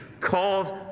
called